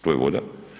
To je voda.